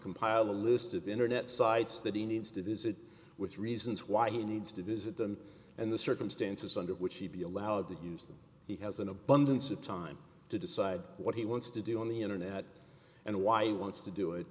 compile a list of internet sites that he needs to visit with reasons why he needs to visit them and the circumstances under which he be allowed to use them he has an abundance of time to decide what he wants to do on the internet and why he wants to do it